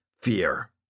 fear